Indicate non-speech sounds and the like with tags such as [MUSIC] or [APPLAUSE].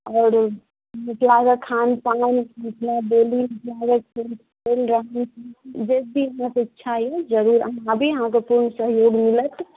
आओर मिथिला के खान पान मिथिला [UNINTELLIGIBLE] रहन सहन जे भी अहाँके इच्छा अछि जरूर अहाँ आबी अहाँके पूर्ण सहयोग मिलत